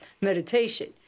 meditation